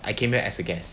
I came here as a guest